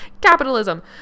capitalism